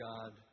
God